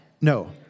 No